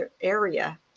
area